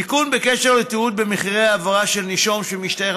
תיקון בקשר לתיעוד במחירי העברה של נישום שמשתייך